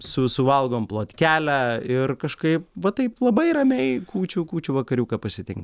su suvalgom plotkelę ir kažkaip va taip labai ramiai kūčių kūčių vakariuką pasitinkam